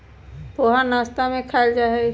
पोहा नाश्ता में खायल जाहई